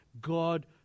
God